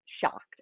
shocked